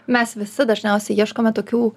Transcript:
mes visi dažniausiai ieškome tokių